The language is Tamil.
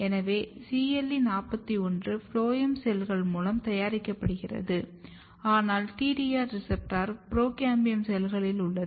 எனவே CLE 41 ஃபுளோயம் செல்கள் மூலம் தயாரிக்கப்படுகிறது ஆனால் TDR ரெசெப்டர் புரோகாம்பியம் செல்களில் உள்ளது